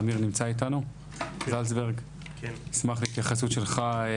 אמיר זלצברג נמצא איתנו, נשמח להתייחסות שלך.